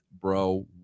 bro